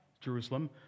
Jerusalem